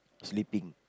sleeping